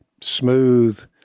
smooth